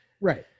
Right